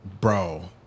bro